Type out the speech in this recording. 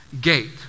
gate